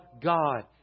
God